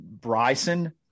Bryson